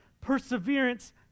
perseverance